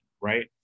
right